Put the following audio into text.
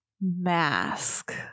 mask